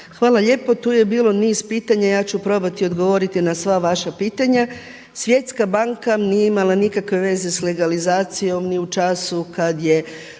Hvala lijepo. Tu je bilo niz pitanja, ja ću probati odgovoriti na sva vaša pitanja. Svjetska banka nije imala nikakve veze s legalizacijom ni u času kad je